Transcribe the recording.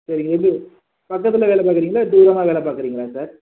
சரி எப்படி பக்கத்தில் வேலை பார்க்குறீங்களா தூரமாக வேலை பார்க்குறீங்களா சார்